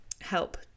help